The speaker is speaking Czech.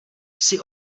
jsi